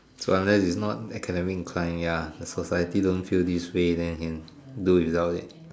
so unless is not academic incline ya the society don't feel this way then can do without it